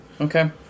Okay